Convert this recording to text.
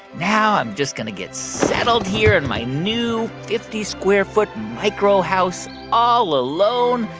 now i'm just going to get settled here in my new fifty square foot microhouse all alone,